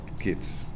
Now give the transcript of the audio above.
kids